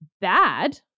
bad